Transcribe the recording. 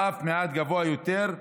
ואף מעט גבוה יותר,